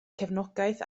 cefnogaeth